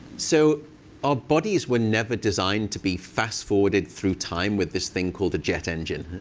so our bodies were never designed to be fast forwarded through time with this thing called a jet engine.